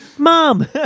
mom